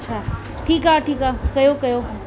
अच्छा ठीकु आहे ठीकु आहे कयो कयो